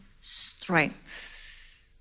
strength